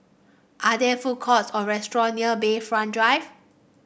are there food courts or restaurant near Bayfront Drive